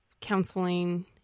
counseling